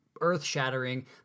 earth-shattering